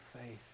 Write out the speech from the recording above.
faith